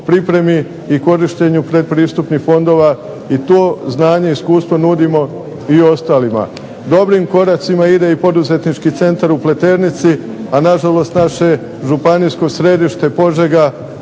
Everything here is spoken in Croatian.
pripremi i korištenju pretpristupnih fondova i to znanje i iskustvo nudimo i ostalima. Dobrim koracima ide i poduzetnički centar u Pleternici, a nažalost naže županijsko središte Požega